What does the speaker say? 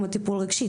כמו טיפול רגשי?